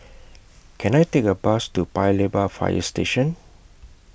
Can I Take A Bus to Paya Lebar Fire Station